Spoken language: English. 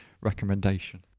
recommendation